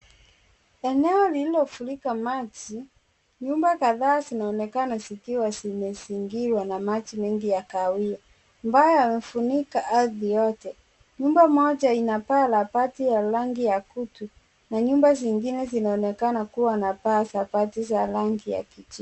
Eneo lililofurika maji, nyumba kadhaa zinaonekana zikiwa zimezingirwa na maji mengi ya kahawia. Ubaya imefunika ardhi yote. Nyumba moja inapaa la pati ya rangi ya kutu, na nyumba zingine zinaonekana kuwa na paa za pati za rangi ya kijivu.